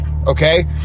Okay